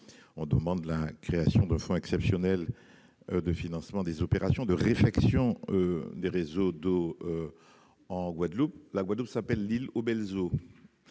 demandons la création d'un fonds exceptionnel de financement des opérations de réfection des réseaux d'eau en Guadeloupe. Sur « l'île aux belles